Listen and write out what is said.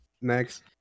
next